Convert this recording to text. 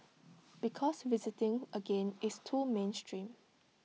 because visiting again is too mainstream